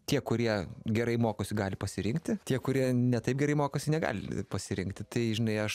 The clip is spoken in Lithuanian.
tie kurie gerai mokosi gali pasirinkti tie kurie ne taip gerai mokosi negali pasirinkti tai žinai aš